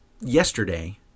Yesterday